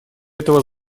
этого